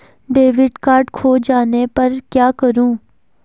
Debit card खो जाने पर क्या करूँ?